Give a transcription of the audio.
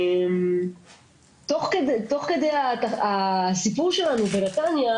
תוך כדי הסיפור שלנו בנתניה,